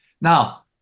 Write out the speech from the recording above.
Now